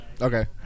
Okay